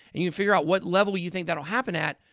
and you figure out what level you think that'll happen at.